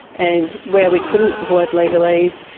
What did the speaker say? and where we couldn't avoid legalese,